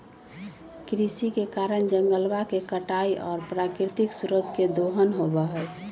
कृषि के कारण जंगलवा के कटाई और प्राकृतिक स्रोत के दोहन होबा हई